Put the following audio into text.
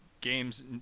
games